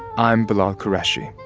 i'm bilal qureshi